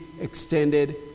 extended